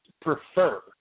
prefer